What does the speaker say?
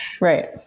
Right